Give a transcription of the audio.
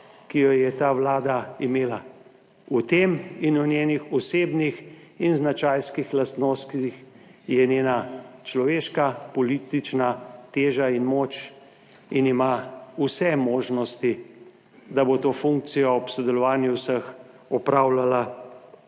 ki jo je ta Vlada imela. V tem in v njenih osebnih in značajskih lastnostih je njena človeška, politična teža in moč in ima vse možnosti, da bo to funkcijo ob sodelovanju vseh opravljala dobro.